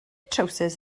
trywsus